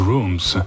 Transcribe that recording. Rooms